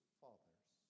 fathers